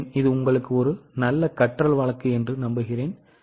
எனவே ஒரு நல்ல கற்றல் வழக்கு இது உங்களுக்கு உண்மை